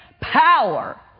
power